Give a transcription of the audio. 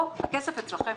פה הכסף אצלכם.